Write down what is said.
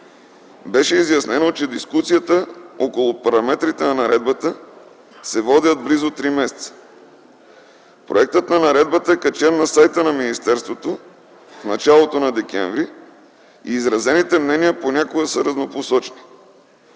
Беше изяснено, че дискусиите около параметрите на наредбата се водят близо три месеца. Проектът на наредбата е качен на сайта на министерството в началото на м. декември и изразените мнения понякога са разнопосочни.